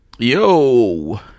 yo